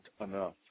enough